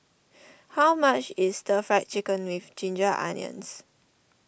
how much is the Fried Chicken with Ginger Onions